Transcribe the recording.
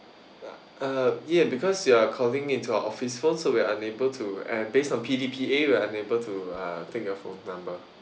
uh ya because you are calling into our office phone so we are unable to uh based on P_D_P_A we are unable to uh take your phone number